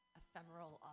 ephemeral